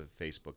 Facebook